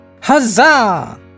Huzzah